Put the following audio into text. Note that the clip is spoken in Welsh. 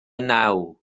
naw